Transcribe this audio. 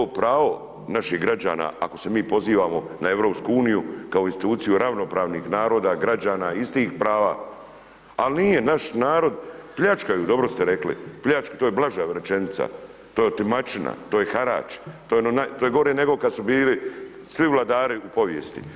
Jel to pravo naših građana ako se mi pozivamo na EU kao instituciju ravnopravnih naroda, građana istih prava, al nije naš narod pljačkaju, dobro ste rekli, to je blaža rečenica, to je otimačina, to je harač, to je ono, to je gore nego kad su bili svi vladari u povijesti.